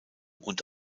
und